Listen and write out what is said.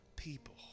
people